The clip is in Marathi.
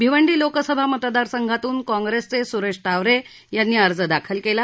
भिवंडी लोकसभा मतदार संघातून काँग्रेसचे स्रेश टावरे यांनी अर्ज दाखल केला